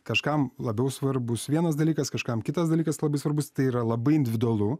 kažkam labiau svarbus vienas dalykas kažkam kitas dalykas labai svarbus tai yra labai individualu